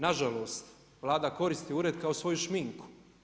Nažalost Vlada koristi Ured kao svoju šminku.